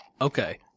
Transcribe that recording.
okay